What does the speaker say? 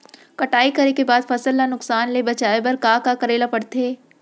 कटाई करे के बाद फसल ल नुकसान ले बचाये बर का का करे ल पड़थे?